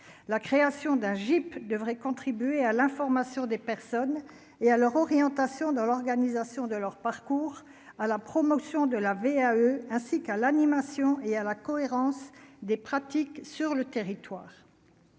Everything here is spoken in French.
la création d'un Jeep devrait contribuer à l'information des personnes et à leur orientation dans l'organisation de leur parcours à la promotion de la VAE ainsi qu'à l'animation et à la cohérence des pratiques sur le territoire.